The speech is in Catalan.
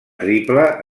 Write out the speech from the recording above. triple